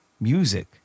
music